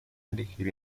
elegir